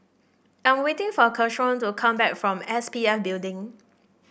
I'm waiting for Keshaun to come back from S P F Building